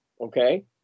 okay